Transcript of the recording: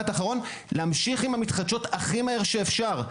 להמשיך עם המתחדשות הכי מהר שאפשר,